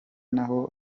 n’aho